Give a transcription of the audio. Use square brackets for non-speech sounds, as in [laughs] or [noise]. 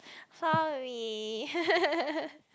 sorry [laughs]